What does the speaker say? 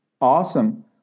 Awesome